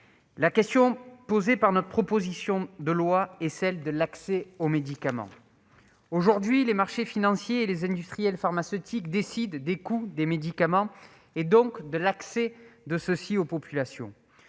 La question posée par notre proposition de loi est celle de l'accès aux médicaments. Aujourd'hui, les marchés financiers et les industriels pharmaceutiques décident des coûts des médicaments, donc de l'accès des populations